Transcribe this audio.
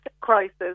crisis